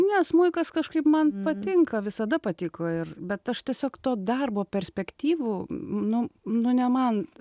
ne smuikas kažkaip man patinka visada patiko ir bet aš tiesiog to darbo perspektyvų nu nu ne man